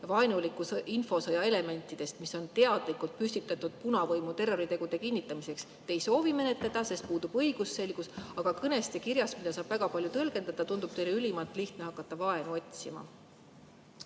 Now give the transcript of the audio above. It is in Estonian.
vaenuliku infosõja elementide kohta, mis on teadlikult püstitatud punavõimu terroritegude kinnitamiseks, ei soovi menetleda, sest puudub õigusselgus, aga kõnest ja kirjast, mida saab väga [erinevalt] tõlgendada, tundub teile ülimalt lihtne hakata vaenu otsima?